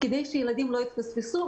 כדי שילדים לא יתפספסו,